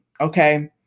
Okay